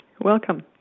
Welcome